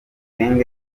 gang